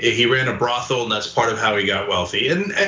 ah he ran a brothel and that's part of how he got wealthy. and,